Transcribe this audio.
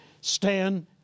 stand